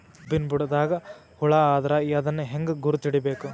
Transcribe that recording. ಕಬ್ಬಿನ್ ಬುಡದಾಗ ಹುಳ ಆದರ ಅದನ್ ಹೆಂಗ್ ಗುರುತ ಹಿಡಿಬೇಕ?